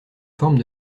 forme